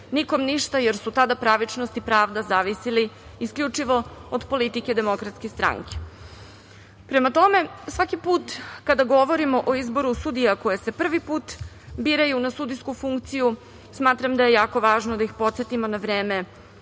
nikom ništa, jer su tada pravičnost i pravda zavisili isključivo od politike DS.Prema tome, svaki put kada govorimo o izboru sudija koje se prvi put biraju na sudijsku funkciju, smatram da je jako važno da ih podsetimo na vreme